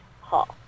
Hall